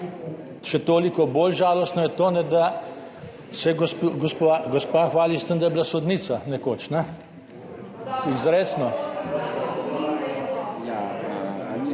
Še toliko bolj žalostno je to, da se gospa hvali s tem, da je bila sodnica nekoč, izrecno